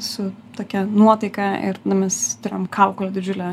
su tokia nuotaika ir nu mes turėjom kaukolę didžiulę